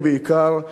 ובעיקר,